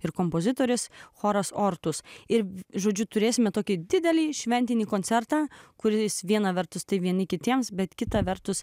ir kompozitorius choras ortus ir žodžiu turėsime tokį didelį šventinį koncertą kuris viena vertus tai vieni kitiems bet kita vertus